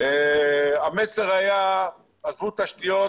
המסר היה עזבו תשתיות,